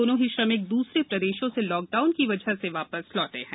दोनों ही श्रमिक दूसरे प्रदेशों से लॉकडाउन की वजह से वा स लौ हैं